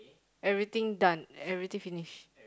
everything done everything finish